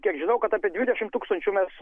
kiek žinau kad apie dvidešimt tūkstančių mes